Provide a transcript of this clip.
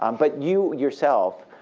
um but you yourself,